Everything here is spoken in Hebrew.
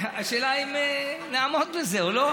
השאלה היא אם נעמוד בזה או לא.